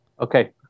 Okay